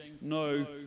No